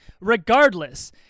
Regardless